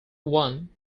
one